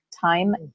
time